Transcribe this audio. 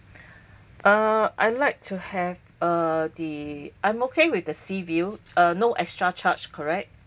uh I like to have uh the I'm okay with the sea view uh no extra charge correct